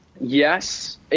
Yes